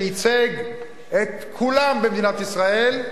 שייצג את כולם במדינת ישראל,